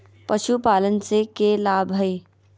पशुपालन से के लाभ हय?